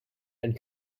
and